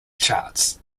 charts